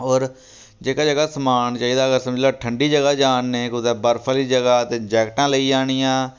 होर जेह्का जेह्का समान चाहिदा अगर समझी लैओ ठंडी जगह् जा ने कुतै बर्फ आह्ली जगह् ते जैक्टां लेई जानियां